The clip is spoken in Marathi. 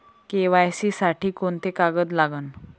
के.वाय.सी साठी कोंते कागद लागन?